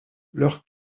leur